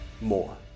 more